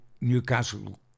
Newcastle